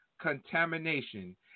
contamination